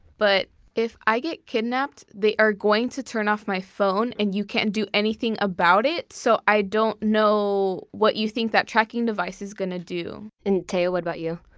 but if i get kidnapped, they are going to turn off my phone and you can't do anything about it. so, i don't know what you think that tracking device is going to do. and teo, what about you?